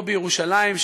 פה בירושלים,